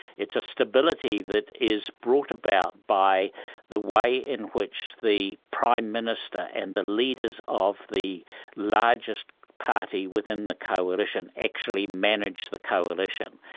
it's a stability that is brought about by the way in which the prime minister and the leaders of the largest party within the coalition actually manage the coalition.